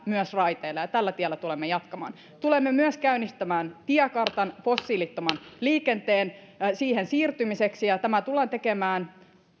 myös raiteille ja tällä tiellä tulemme jatkamaan tulemme myös käynnistämään tiekartan fossiilittomaan liikenteeseen siirtymiseksi ja tämä tullaan tekemään